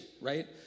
right